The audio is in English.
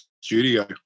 studio